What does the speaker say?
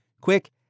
Quick